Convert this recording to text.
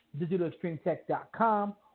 DigitalExtremeTech.com